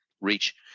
reach